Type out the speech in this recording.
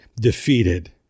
defeated